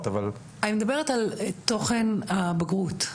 אבל -- אני מדברת על תוכן הבגרות בהיסטוריה.